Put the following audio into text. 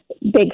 big